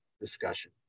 discussion